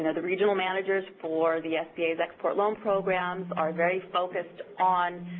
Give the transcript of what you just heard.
and the regional managers for the sba's export loan programs are very focused on